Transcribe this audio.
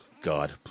God